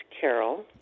Carol